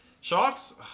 Sharks